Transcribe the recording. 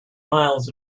miles